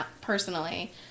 personally